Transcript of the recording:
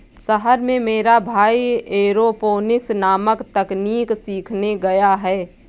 शहर में मेरा भाई एरोपोनिक्स नामक तकनीक सीखने गया है